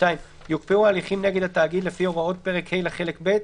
(2)יוקפאו ההליכים נגד התאגיד לפי הוראות פרק ה' לחלק ב',